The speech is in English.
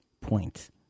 point